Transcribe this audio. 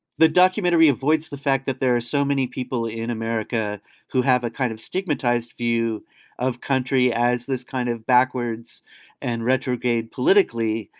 the documentary avoids the fact that there are so many people in america who have a kind of stigmatized view of country as this kind of backwards and retrograde politically.